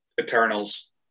Eternals